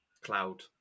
cloud